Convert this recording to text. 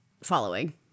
following